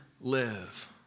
live